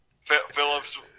Phillips